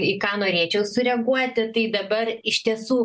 į ką norėčiau sureaguoti tai dabar iš tiesų